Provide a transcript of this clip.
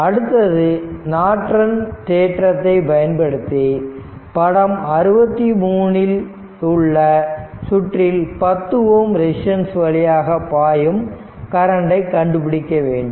அடுத்தது நார்ட்டன் தேற்றத்தை பயன்படுத்தி படம் 63 இல் உள்ள சுற்றில் 10Ω ரெசிஸ்டன்ஸ் வழியாக பாயும் கரண்டை கண்டுபிடிக்க வேண்டும்